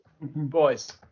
boys